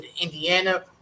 Indiana